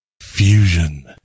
Fusion